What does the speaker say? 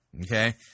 okay